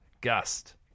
gust